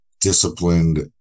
disciplined